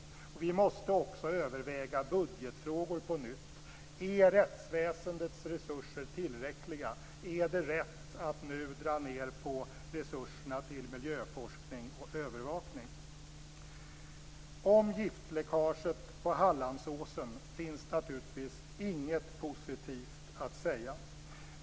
Vi måste också överväga budgetfrågor på nytt. Är rättsväsendets resurser tillräckliga? Är det rätt att nu dra ned på resurserna till miljöforskning och övervakning? Om giftläckaget på Hallandsåsen finns naturligtvis inget positivt att säga.